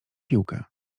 piłkę